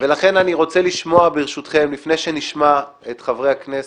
רוצה לשמוע ברשותכם, לפני שנשמע את חברי הכנסת,